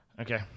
Okay